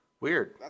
Weird